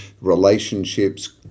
relationships